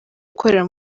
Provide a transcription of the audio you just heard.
gukorera